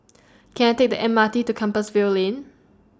Can I Take The M R T to Compassvale Lane